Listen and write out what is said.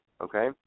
okay